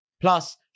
Plus